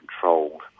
controlled